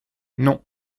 non